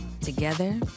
Together